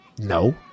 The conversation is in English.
no